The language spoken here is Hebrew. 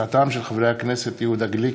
הצעותיהם של חברי הכנסת יהודה גליק,